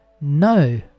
No